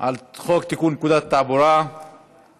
על הצעת חוק לתיקון פקודת התעבורה (תיקון